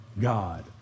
God